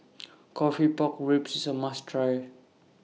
Coffee Pork Ribs IS A must Try